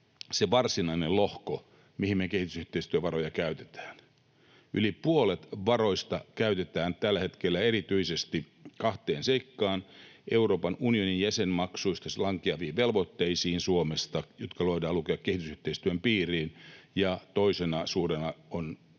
se varsinainen lohko, mihin me kehitysyhteistyövaroja käytetään. Yli puolet varoista käytetään tällä hetkellä erityisesti kahteen seikkaan: Euroopan unionin jäsenmaksuista Suomelle lankeaviin velvoitteisiin, jotka voidaan lukea kehitysyhteistyön piiriin, ja toisena suurena